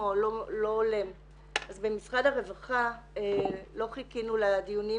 לוקחים אותו לתכנית